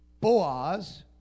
Boaz